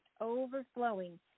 overflowing